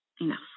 Enough